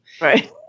Right